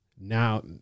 now